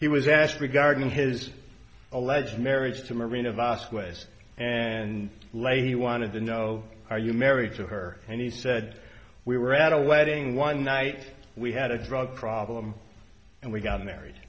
he was asked regarding his alleged marriage to marina vos ways and leahy wanted to know are you married to her and he said we were at a lighting one night we had a drug problem and we got married